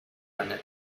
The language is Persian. منه